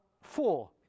four